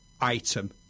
item